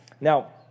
Now